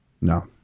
No